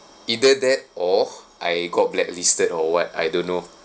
either that or I got blacklisted or what I don't know